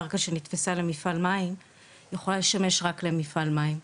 קרקע שנתפסה למפעל מים יכולה לשמש רק למפעל מים,